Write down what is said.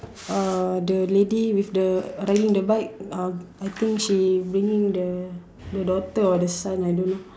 uh the lady with the riding the bike uh I think she bringing the daughter or the son I don't know